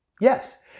Yes